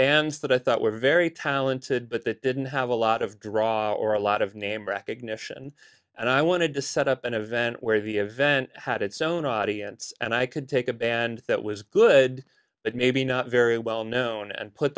and that i thought were very talented but that didn't have a lot of drama or a lot of name recognition and i wanted to set up an event where the event had its own audience and i could take a band that was good but maybe not very well known and put